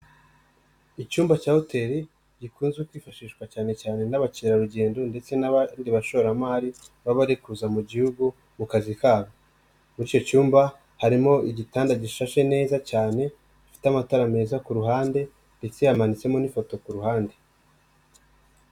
Icyumba cya hoteli gikunze kwifashishwa cyane cyane n'abakerarugendo ndetse n'abandi bashoramari baba bari kuza mu Gihugu mu kazi kabo, muri icyo cyumba harimo igitanda gishashe neza cyane gifite amatara meza ku ruhande ndetse hamanitsemo n'ifoto ku ruhande.